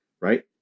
right